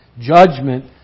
judgment